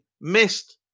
missed